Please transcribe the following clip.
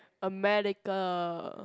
America